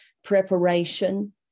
Preparation